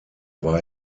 war